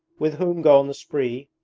with whom go on the spree?